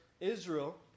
Israel